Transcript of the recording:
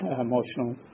emotional